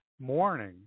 morning